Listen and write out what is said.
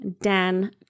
Dan